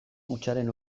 hutsaren